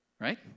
right